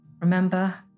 Remember